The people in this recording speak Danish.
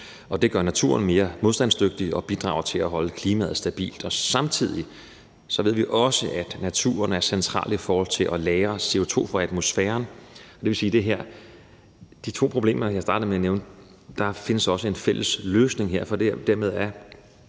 Det gør naturen mere modstandsdygtig og bidrager til at holde klimaet stabilt. Samtidig ved vi også, at naturen er central i forhold til at lagre CO2 fra atmosfæren. Det vil sige, at på de to problemer, jeg startede med et nævne, findes der også en fælles løsning. Dermed er